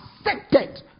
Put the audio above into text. accepted